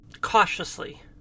cautiously